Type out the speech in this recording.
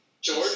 George